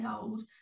old